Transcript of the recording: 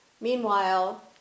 Meanwhile